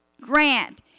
grant